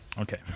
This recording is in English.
Okay